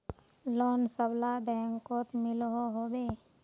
Loan सबला बैंकोत मिलोहो होबे?